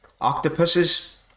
octopuses